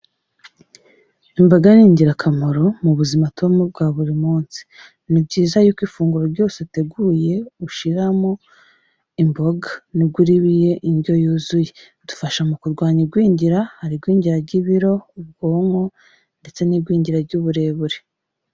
Imboga ni ingirakamaro mu buzima tibamo bwa buri munsi. Ni byiza yuko ifunguro ryose uteguye ushiramo imboga. Ni bwo uba uriye indyo yuzuye idufasha mu kurwanya igwingira, hari igwingira ry'ibiro, ubwonko ndetse n'igwingira ry'uburebure.